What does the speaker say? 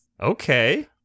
Okay